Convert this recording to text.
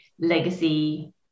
legacy